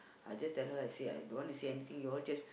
I just tell her I say I don't want to say anything you all just